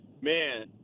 Man